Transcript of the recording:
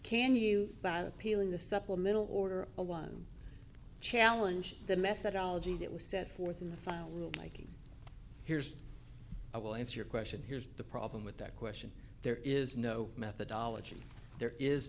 can you appeal in the supplemental order a one challenge the methodology that was set forth in the final rule making here's i will answer your question here's the problem with that question there is no methodology there is